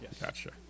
Gotcha